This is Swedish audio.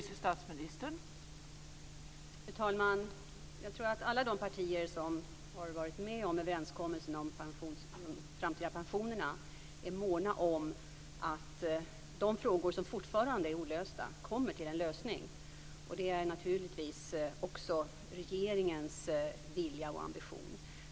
Fru talman! Jag tror att alla de partier som har varit med om överenskommelsen om de framtida pensionerna är måna om att de frågor som fortfarande är olösta kommer till en lösning. Det är naturligtvis också regeringens vilja och ambition.